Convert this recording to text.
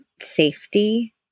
safety